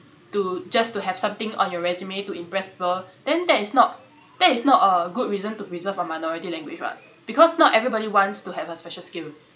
to just to have something on your resume to impress people then that is not that is not a good reason to preserve a minority language what because not everybody wants to have a special skill